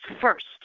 first